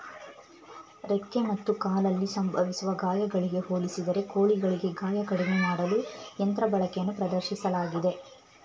ರೆಕ್ಕೆ ಮತ್ತು ಕಾಲಲ್ಲಿ ಸಂಭವಿಸುವ ಗಾಯಗಳಿಗೆ ಹೋಲಿಸಿದರೆ ಕೋಳಿಗಳಿಗೆ ಗಾಯ ಕಡಿಮೆ ಮಾಡಲು ಯಂತ್ರ ಬಳಕೆಯನ್ನು ಪ್ರದರ್ಶಿಸಲಾಗಿದೆ